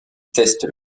teste